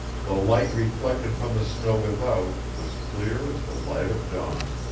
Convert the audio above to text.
the light reflected from the snow without was clear as the light of dawn.